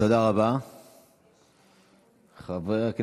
מה אני